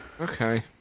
Okay